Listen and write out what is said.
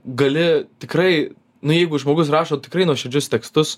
gali tikrai nu jeigu žmogus rašo tikrai nuoširdžius tekstus